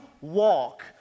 walk